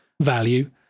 value